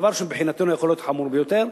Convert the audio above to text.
דבר שמבחינתנו יכול להיות חמור ביותר.